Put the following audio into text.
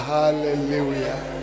Hallelujah